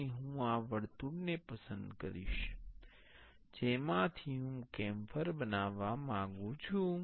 અને હું આ વર્તુળને પસંદ કરીશ જેમાંથી હું કેમ્ફર બનાવવા માંગું છું